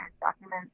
documents